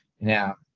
Now